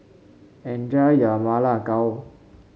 enjoy your Ma Lai Gao